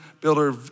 builder